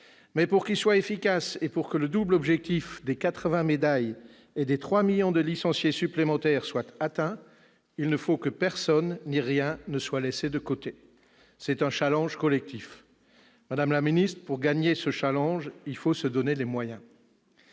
Mais pour qu'il soit efficace et pour que le double objectif des 80 médailles et des 3 millions de licenciés supplémentaires soit atteint, il faut que personne, ni rien, ne soit laissé de côté, c'est un défi collectif ! Madame la ministre, pour le remporter, il faut s'en donner les moyens.